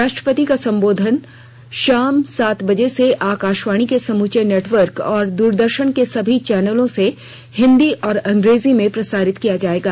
राष्ट्रपति का संबोधन शाम सात बजे से आकाशवाणी के समूर्च नेटवर्क और दूरदर्शन के सभी चौनलों से हिंदी और अंग्रेजी में प्रसारित किया जाएगा